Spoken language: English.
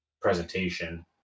presentation